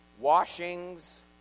Washings